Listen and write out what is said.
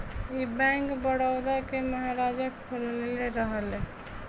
ई बैंक, बड़ौदा के महाराजा खोलले रहले